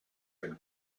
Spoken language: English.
been